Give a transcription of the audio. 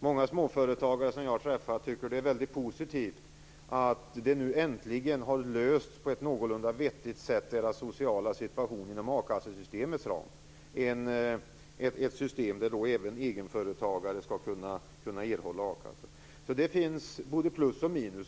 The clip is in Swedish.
Många småföretagare som jag har träffat tycker att det är mycket positivt att deras sociala situation äntligen lösts på ett någorlunda vettigt sätt inom akassesystemets ram. Det skall vara ett system där även egenföretagare skall kunna erhålla a-kassa. Det finns både plus och minus.